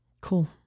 Cool